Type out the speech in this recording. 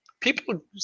People